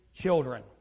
children